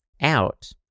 out